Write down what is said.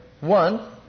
One